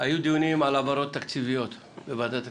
היו דיונים על העברות תקציביות בוועדת הכספים.